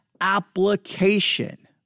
application